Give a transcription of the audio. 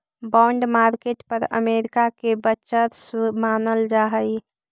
bond market पर America के वर्चस्व मानल जा हइ